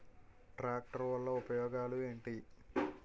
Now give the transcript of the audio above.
Tractor వల్ల ఉపయోగాలు ఏంటీ?